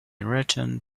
returned